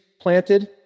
planted